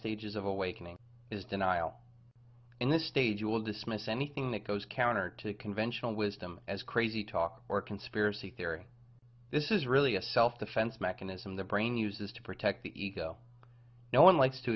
stages of awakening is denial and this stage will dismiss anything that goes counter to conventional wisdom as crazy talk or conspiracy theory this is really a self defense mechanism the brain uses to protect the ego no one